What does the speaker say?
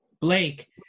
Blake